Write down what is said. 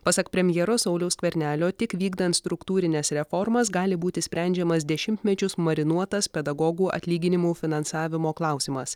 pasak premjero sauliaus skvernelio tik vykdant struktūrines reformas gali būti sprendžiamas dešimtmečius marinuotas pedagogų atlyginimų finansavimo klausimas